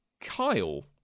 Kyle